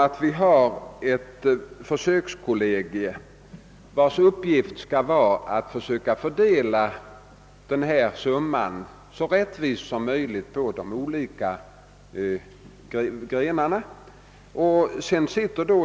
Vi har ett försökskollegium, vars uppgift är att fördela resurserna så rättvist som möjligt på de olika grenarna.